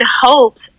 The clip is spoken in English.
hopes